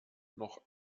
noch